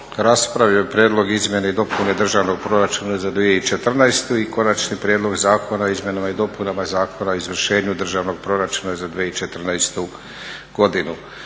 raspravio je Prijedlog izmjene i dopune državnog proračuna za 2014.i Konačni prijedlog Zakona o izmjenama i dopunama Zakona o izvršenju državnog proračuna za 2014.godinu.